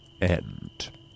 end